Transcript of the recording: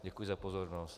Děkuji za pozornost.